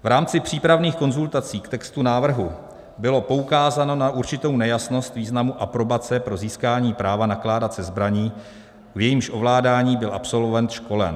V rámci přípravných konzultací k textu návrhu bylo poukázáno na určitou nejasnost významu aprobace pro získání práva nakládat se zbraní, v jejímž ovládání byl absolvent školen.